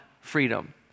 freedom